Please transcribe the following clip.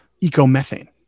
eco-methane